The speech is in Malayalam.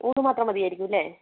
ഊണ് മാത്രം മതിയായിരിക്കും അല്ലേ